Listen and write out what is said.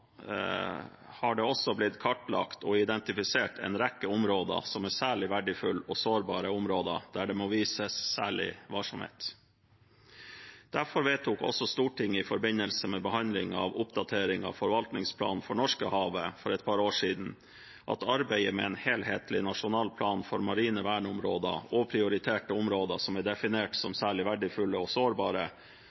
har det blitt kartlagt og identifisert en rekke særlig verdifulle og sårbare områder der det må vises særlig varsomhet. Derfor vedtok også Stortinget i forbindelse med behandlingen av oppdateringen av forvaltningsplanen for Norskehavet for et par år siden at arbeidet med en helhetlig nasjonal plan for marine verneområder og prioriterte områder som er definert som særlig verdifulle og sårbare,